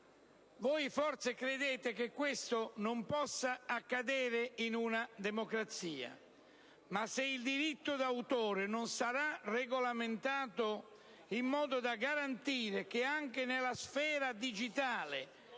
Voi forse credete che questo non possa accadere in una democrazia, ma se il diritto d'autore non sarà regolamentato in modo da garantire che anche nella sfera digitale